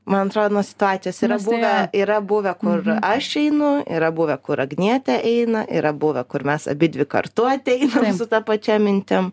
man atrodo nuo situacijos yra buvę yra buvę kur aš einu yra buvę kur agnietė eina yra buvę kur mes abidvi kartu ateinam su ta pačia mintim